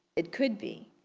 it could be,